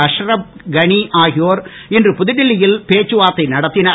அஷ்ரப் கனி ஆகியோர் இன்று புதுடெல்லியில் பேச்சுவார்த்தை நடத்தினர்